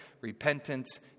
repentance